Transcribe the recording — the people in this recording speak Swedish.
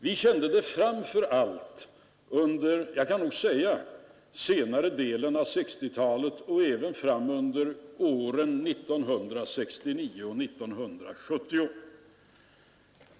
Vi kände detta framför allt under senare delen av 1960-talet och även under år 1970.